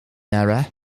era